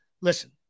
Listen